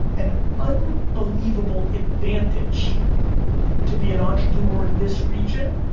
an unbelievable advantage to be an entrepreneur in this region,